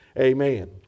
amen